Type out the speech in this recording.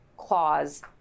Clause